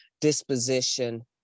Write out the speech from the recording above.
disposition